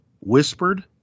whispered